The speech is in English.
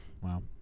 Wow